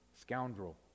Scoundrel